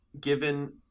given